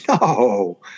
No